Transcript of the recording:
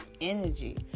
energy